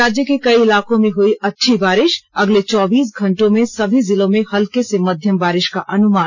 राज्य के कई इलाकों में हुई अच्छी बारिष अगले चौबीस घंटों में सभी जिलों में हल्के से मध्यम बारिष का अनुमान